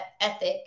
ethic